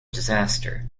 disaster